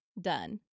done